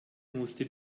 musste